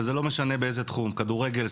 וזה לא משנה באיזה תחום כדורגל,